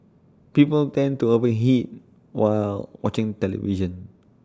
people tend to over eat while watching television